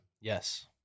Yes